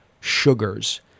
sugars